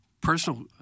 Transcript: personal